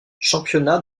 championnat